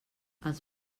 els